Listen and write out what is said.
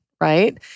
right